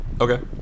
okay